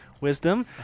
wisdom